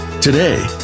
Today